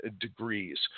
degrees